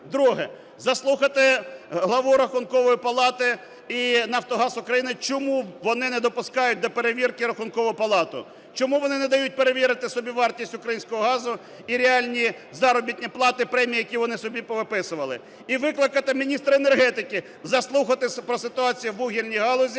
Друге. Заслухати главу Рахункової палати і "Нафтогаз України", чому вони не допускають до перевірки Рахункову палату; чому вони не дають перевірити собівартість українського газу і реальні заробітні плати, премії, які вони собі повиписували. І викликати міністра енергетики, заслухати про ситуацію в вугільній галузі,